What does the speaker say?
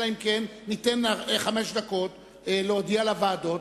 אלא אם כן ניתן חמש דקות להודיע לוועדות.